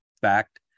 fact